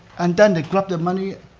and then they collect their money,